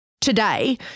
Today